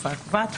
התקופה הקובעת),